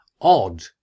odd